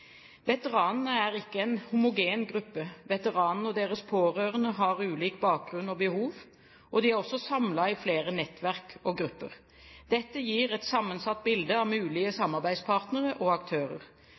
er ikke en homogen gruppe. Veteranene, og deres pårørende, har ulik bakgrunn og behov. De er også samlet i flere nettverk og grupper. Dette gir et sammensatt bilde av mulige